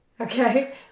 Okay